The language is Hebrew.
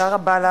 תודה רבה לך.